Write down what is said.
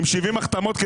עם 70 חתומים,